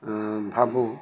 ভাবোঁ